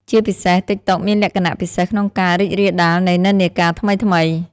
ជាពិសេស ទីកតុកមានលក្ខណៈពិសេសក្នុងការ រីករាលដាលនៃនិន្នាការថ្មីៗ។